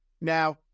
Now